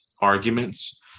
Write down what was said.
arguments